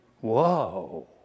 Whoa